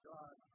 God